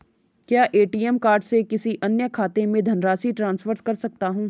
क्या ATM card से किसी अन्य खाते में धनराशि ट्रांसफर कर सकता हूँ?